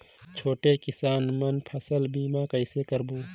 छोटे किसान मन फसल बीमा कइसे कराबो?